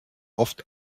oft